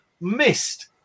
missed